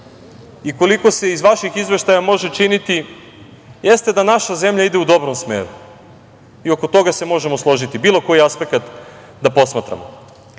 i koliko se iz vaših izveštaja može činiti jeste da naša zemlja i ide u dobrom smeru i oko toga se možemo složiti, bilo koji aspekat da posmatramo. Da